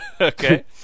Okay